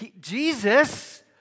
Jesus